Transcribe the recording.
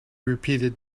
repeated